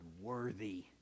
worthy